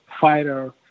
fighter